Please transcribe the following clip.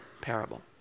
parable